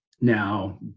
now